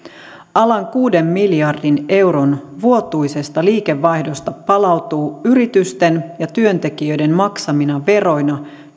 alan kuuden miljardin euron vuotuisesta liikevaihdosta palautuu yritysten ja työntekijöiden maksamina veroina